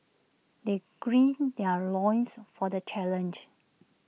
they green their loins for the challenge